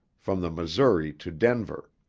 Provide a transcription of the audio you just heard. from the missouri to denver.